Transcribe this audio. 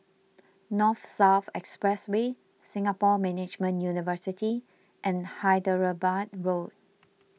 North South Expressway Singapore Management University and Hyderabad Road